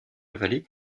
vallée